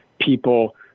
people